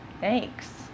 Thanks